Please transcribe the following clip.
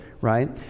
right